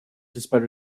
despite